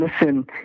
listen